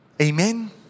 Amen